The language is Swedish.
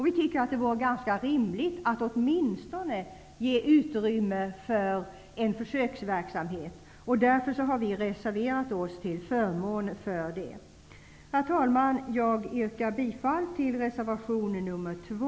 Vi tycker att det är rimligt att åtminstone ge utrymme för en försöksverksamhet, och därför har vi reserverat oss till förmån för det. Herr talman! Jag yrkar bifall till reservation nr 2